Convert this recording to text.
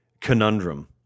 conundrum